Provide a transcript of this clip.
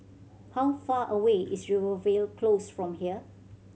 how far away is Rivervale Close from here